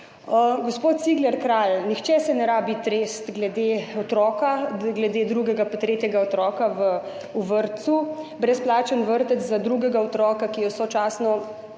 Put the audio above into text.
Gospod Cigler Kralj, nihče se ne rabi tresti glede drugega pa tretjega otroka v vrtcu. Brezplačen vrtec za drugega otroka, ki je sočasno